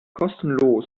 kostenlos